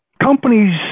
companies